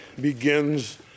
begins